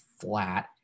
flat